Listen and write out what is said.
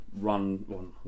run